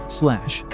slash